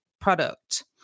product